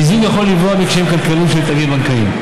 מיזוג יכול לנבוע מקשיים כלכליים של תאגיד בנקאי.